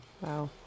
Wow